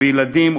בילדים,